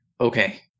Okay